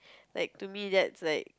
like to me that's like